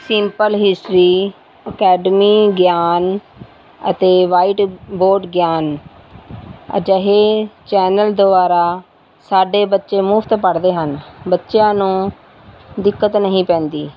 simple history academy ਗਿਆਨ ਅਤੇ white board ਗਿਆਨ ਅਜਿਹੇ ਚੈਨਲ ਦੁਆਰਾ ਸਾਡੇ ਬੱਚੇ ਮੁਫ਼ਤ ਪੜ੍ਹਦੇ ਹਨ ਬੱਚਿਆਂ ਨੂੰ ਦਿੱਕਤ ਨਹੀਂ ਪੈਂਦੀ